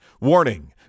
Warning